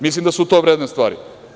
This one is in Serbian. Mislim da su to vredne stvari.